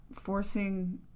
forcing